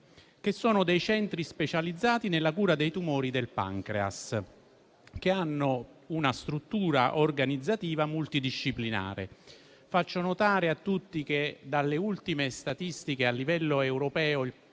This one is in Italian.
Unit, centri specializzati nella cura dei tumori del pancreas che hanno una struttura organizzativa multidisciplinare. Faccio notare a tutti che dalle ultime statistiche a livello europeo